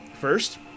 First